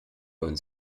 uns